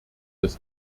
das